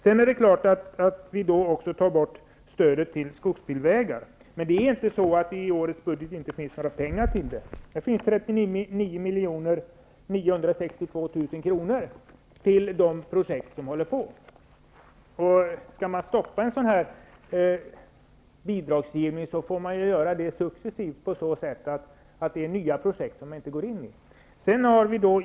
Vi tar även bort stödet till skogsbilvägar. Däremot är det inte så att det inte finns några pengar till detta i årets budget. Där finns 39 962 000 kr. till de projekt som pågår. Skall man stoppa en sådan bidragsgivning får man göra det successivt på så sätt att man inte går in i nya projekt.